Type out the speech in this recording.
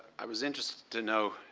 i was interested to know,